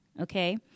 Okay